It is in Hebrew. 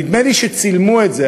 נדמה לי שצילמו את זה,